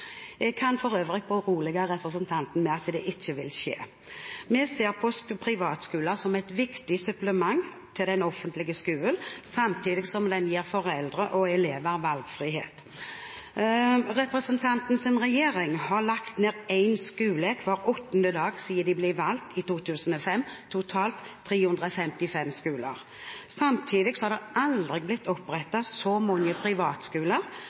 berolige representanten med at det ikke vil skje. Vi ser på privatskoler som et viktig supplement til den offentlige skolen, samtidig som de gir foreldre og elever valgfrihet. Representantens regjering la hver åttende dag siden den ble valgt i 2005, ned en skole – totalt 355 skoler. Samtidig har det aldri blitt opprettet så mange privatskoler